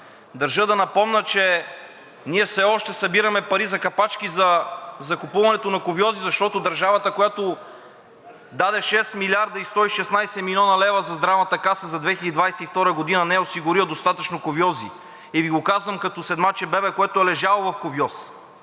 Държа да напомня, че ние все още събираме пари за капачки за закупуването на кувьози, защото държавата, която даде 6 млрд. 116 млн. лв. за Здравната каса за 2022 г., не е осигурила достатъчно кувьози. И Ви го казвам като седмаче бебе, което е лежало в кувьоз